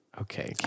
Okay